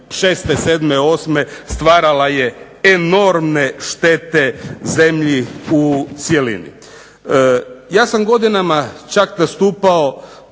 '46., '47., '48. stvarala je enormne štete zemlji u cjelini. Ja sam godinama čak nastupao